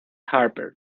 harper